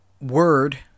word